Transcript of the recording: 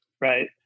right